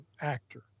actor